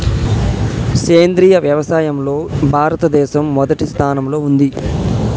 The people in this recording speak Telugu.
సేంద్రియ వ్యవసాయంలో భారతదేశం మొదటి స్థానంలో ఉంది